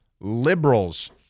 liberals